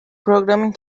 programın